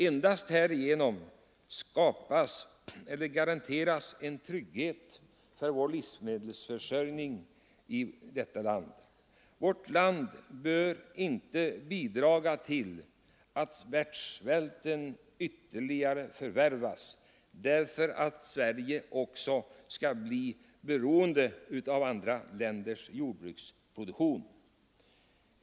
Endast härigenom skapas en trygghet för vår livsmedelsförsörjning. Vårt land bör inte bidra till att svälten ytterligare förvärras på grund av att Sverige blir beroende av andra länders jordbruksproduktion.